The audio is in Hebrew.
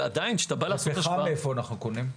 פחם מאיפה אנו קונים?